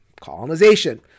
colonization